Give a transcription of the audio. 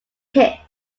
hit